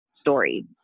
story